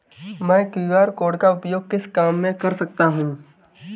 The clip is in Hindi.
मैं क्यू.आर कोड का उपयोग किस काम में कर सकता हूं?